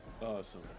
Awesome